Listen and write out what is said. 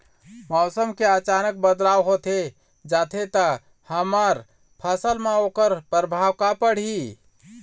मौसम के अचानक बदलाव होथे जाथे ता हमर फसल मा ओकर परभाव का पढ़ी?